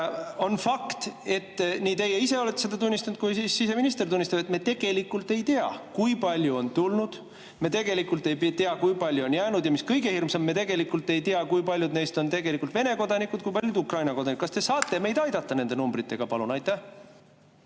On fakt, nii teie ise olete seda tunnistanud kui siseminister tunnistab, et me tegelikult ei tea, kui palju on siia tulnud, me tegelikult ei tea, kui palju on siia jäänud, ja mis kõige hirmsam, me tegelikult ei tea, kui paljud neist on tegelikult Vene kodanikud, kui paljud Ukraina kodanikud. Kas te saate meid aidata nende numbritega, palun? Aitäh!